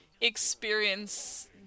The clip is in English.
experience